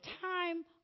time